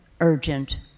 urgent